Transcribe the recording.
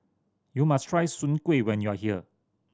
you must try Soon Kuih when you are here